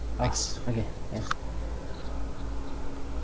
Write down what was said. ah okay yes